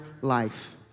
life